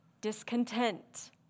discontent